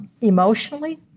emotionally